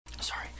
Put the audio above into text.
Sorry